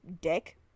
Dick